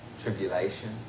tribulation